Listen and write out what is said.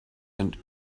and